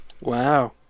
Wow